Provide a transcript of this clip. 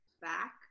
back